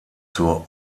zur